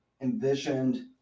envisioned